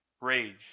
Rage